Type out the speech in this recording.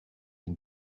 and